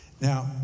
Now